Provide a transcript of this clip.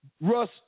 Russ